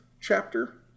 chapter